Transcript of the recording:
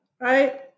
right